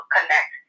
Connect